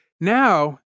Now